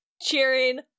cheering